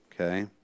Okay